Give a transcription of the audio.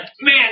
man